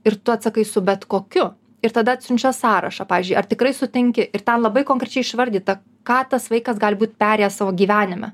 ir tu atsakai su bet kokiu ir tada atsiunčia sąrašą pavyzdžiui ar tikrai sutinki ir ten labai konkrečiai išvardyta ką tas vaikas gali būt perėjęs savo gyvenime